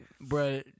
Bro